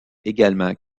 également